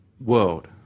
world